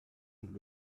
und